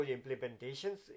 Implementations